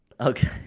Okay